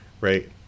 Right